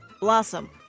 Blossom